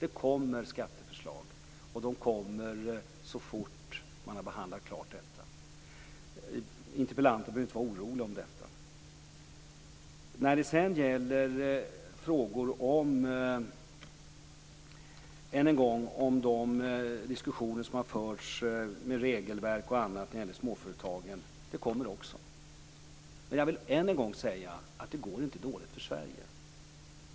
Det kommer skatteförslag, och de kommer så fort man har behandlat klart dessa frågor. Interpellanten behöver inte vara orolig. Det kommer också förslag utifrån de diskussioner som har förts om regelverk och annat när det gäller småföretagen. Jag vill än en gång säga att det inte går dåligt för Sverige.